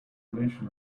hibernation